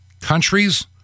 Countries